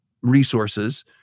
resources